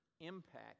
impact